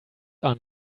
are